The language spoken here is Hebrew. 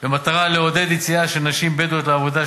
במטרה לעודד יציאה של נשים בדואיות לעבודה,